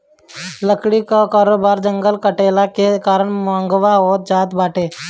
लकड़ी कअ कारोबार जंगल कटला के कारण महँग होत जात बाटे